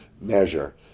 measure